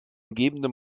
umgebende